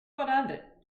what